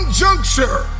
juncture